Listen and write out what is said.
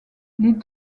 les